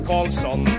Carlson